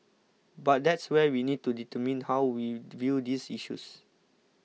but that's where we need to determine how we view these issues